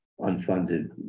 unfunded